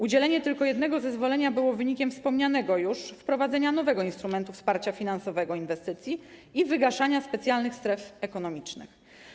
Udzielenie tylko jednego zezwolenia było wynikiem wspomnianego już wprowadzenia nowego instrumentu wsparcia finansowego inwestycji i wygaszania specjalnych stref ekonomicznych.